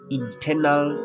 internal